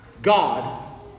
God